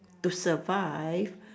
to survive